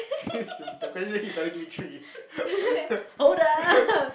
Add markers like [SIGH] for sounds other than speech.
[LAUGHS] the question you better give me three [LAUGHS]